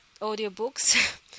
audiobooks